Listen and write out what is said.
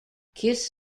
kiss